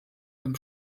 dem